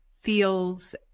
feels